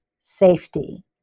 safety